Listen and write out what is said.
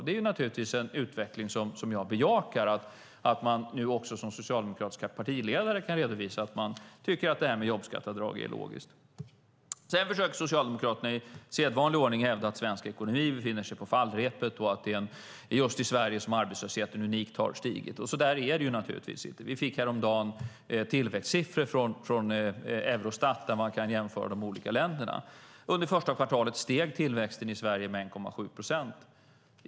Det är givetvis en utveckling som jag bejakar, nämligen att man också som socialdemokratisk partiledare kan redovisa att man tycker att jobbskatteavdrag är logiskt. Socialdemokraterna försöker dock i sedvanlig ordning hävda att svensk ekonomi befinner sig på fallrepet och att det är just i Sverige som arbetslösheten unikt har stigit. Så är det inte. Häromdagen fick vi tillväxtsiffror från Eurostat där man kan jämföra de olika länderna. Under första kvartalet steg tillväxten i Sverige med 1,7 procent.